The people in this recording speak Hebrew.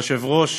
היושב-ראש,